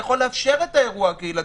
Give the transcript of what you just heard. כך אתה יכול לאפשר את האירוע הקהילתי.